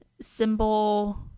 symbol